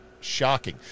shocking